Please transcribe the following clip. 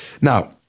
Now